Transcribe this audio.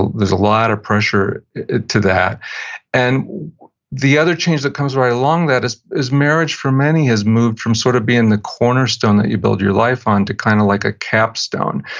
there's a lot of pressure to that and the other change that comes right along that is is marriage for many has moved from sort of being the cornerstone that you build your life on to kind of like a capstone.